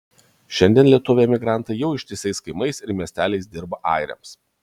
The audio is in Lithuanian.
šiandien lietuviai emigrantai jau ištisais kaimais ir miesteliais dirba airiams